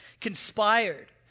conspired